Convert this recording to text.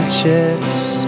chest